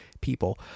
people